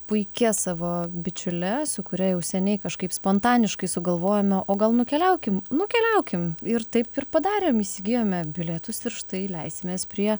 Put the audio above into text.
puikia savo bičiule su kuria jau seniai kažkaip spontaniškai sugalvojome o gal nukeliaukim nukeliaukim ir taip ir padarėm įsigijome bilietus ir štai leisimės prie